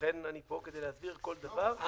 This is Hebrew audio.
לכן אני פה, כדי להסביר כל דבר.